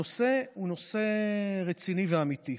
הנושא הוא נושא רציני ואמיתי.